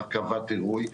הרכבת עירוי,